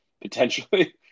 potentially